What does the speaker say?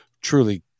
truly